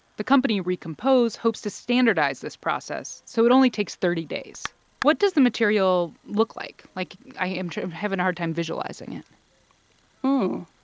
the company recompose hopes to standardize this process so it only takes thirty days what does the material look like? like, i am sort of having a hard time visualizing it oh,